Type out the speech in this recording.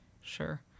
sure